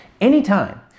Anytime